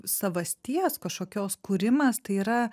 savasties kažkokios kūrimas tai yra